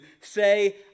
say